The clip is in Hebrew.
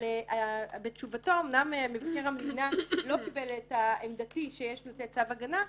אבל בתשובתו אמנם מבקר המדינה לא קיבל את עמדתי שיש לתת צו הגנה,